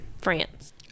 France